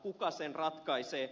kuka sen ratkaisee